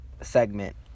segment